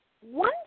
One